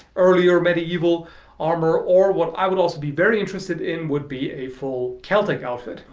earlier medieval armor or what i would also be very interested in would be a full celtic outfit.